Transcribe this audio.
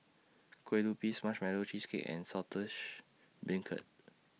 Kue Lupis Marshmallow Cheesecake and Saltish Beancurd